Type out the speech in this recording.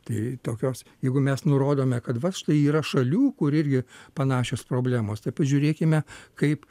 tai tokios jeigu mes nurodome kad vat štai yra šalių kur irgi panašios problemos tai pažiūrėkime kaip